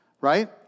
right